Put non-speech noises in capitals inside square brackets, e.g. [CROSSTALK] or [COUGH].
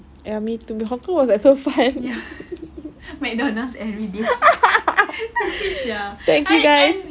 ya me too but hong kong was like so fun [LAUGHS] thank you guys